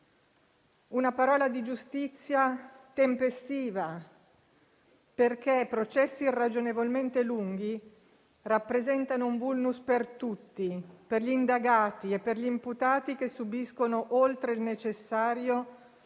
"una parola di giustizia" (P. Ricoeur). Processi irragionevolmente lunghi rappresentano un *vulnus* per tutti: per gli indagati e per gli imputati, che subiscono oltre il necessario